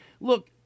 Look